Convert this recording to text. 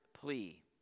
plea